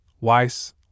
Weiss